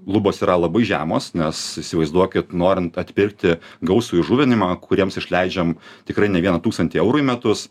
lubos yra labai žemos nes įsivaizduokit norint atpirkti gausų įžuvinimą kuriems išleidžiam tikrai ne vieną tūkstantį eurų į metus